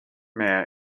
mayor